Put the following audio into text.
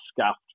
scuffed